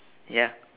ya